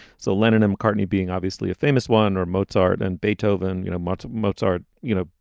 so lennon, mccartney being obviously a famous one, or mozart and beethoven, you know, martin mozart, you know,